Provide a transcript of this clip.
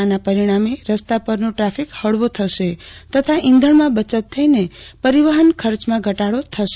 આના પરિણામે રસ્તા પરનો ટ્રાફિક હળવો થશે તથા ઈંધજ઼માં બચત થઈને પરિવહન ખર્ચમાં ઘટાડો થશે